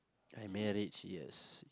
I marriage yes